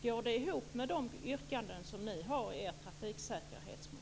Går det ihop med de yrkanden som ni har i er trafiksäkerhetsmotion?